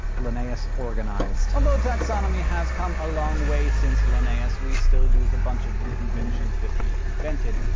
linnaeus organized. although taxonomy has come a long way since linnaeus, we still use a bunch of the conventions that he invented.